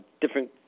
different